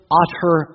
utter